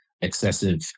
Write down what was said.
excessive